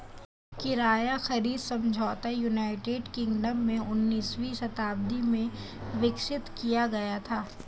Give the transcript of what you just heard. किराया खरीद समझौता यूनाइटेड किंगडम में उन्नीसवीं शताब्दी में विकसित किया गया था